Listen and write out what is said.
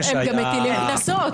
הם גם מטילים קנסות.